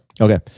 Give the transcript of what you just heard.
Okay